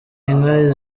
inka